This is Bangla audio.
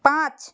পাঁচ